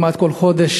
כמעט כל חודש,